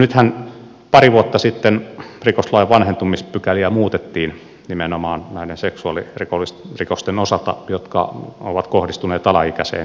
nythän pari vuotta sitten rikoslain vanhentumispykäliä muutettiin nimenomaan näiden seksuaalirikosten osalta jotka ovat kohdistuneet alaikäiseen ihmiseen